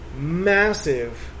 massive